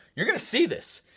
you're gonna see this,